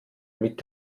mit